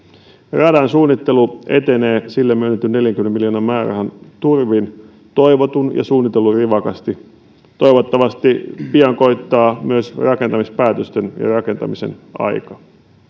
radan suunnittelu etenee sille myönnetyn neljänkymmenen miljoonan määrärahan turvin toivotun ja suunnitellun rivakasti toivottavasti pian koittaa myös rakentamispäätösten ja rakentamisen aika